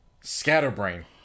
Scatterbrain